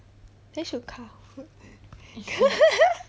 then should kahoot